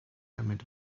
damit